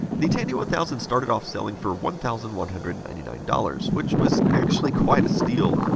the tandy one thousand started off selling for one thousand one hundred and ninety nine dollars. which, was actually quite a steal.